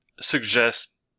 suggest